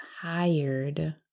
hired